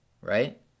right